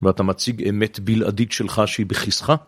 ואתה מציג אמת בלעדית שלך שהיא בכיסך?